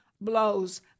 blows